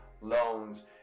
loans